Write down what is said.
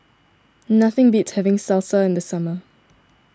nothing beats having Salsa in the summer